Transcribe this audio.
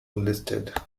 listed